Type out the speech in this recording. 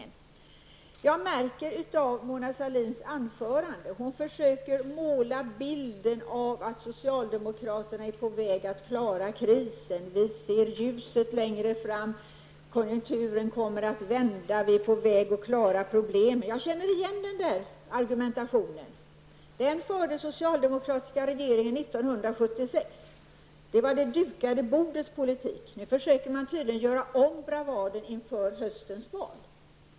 Mona Sahlin försöker i sitt anförande måla upp bilden att socialdemokraterna är på väg att klara krisen. Man ser ljuset längre fram, konjunkturen kommer att vända och man är på väg att klara problemen. Jag känner igen den argumentationen. 1976. Det var det dukade bordet man talade om. Nu försöker man tydligen göra om bravaden inför höstens val.